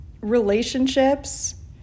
relationships